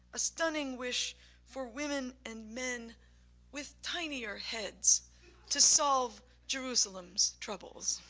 a stunning wish for women and men with tinier heads to solve jerusalem's troubles